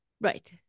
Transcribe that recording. right